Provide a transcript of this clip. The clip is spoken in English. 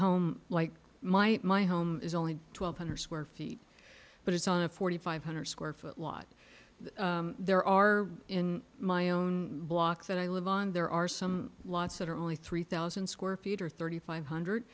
home like my my home is only twelve hundred square feet but it's on a forty five hundred square foot lot there are in my own block that i live on there are some lots that are only three thousand square feet or thirty five hundred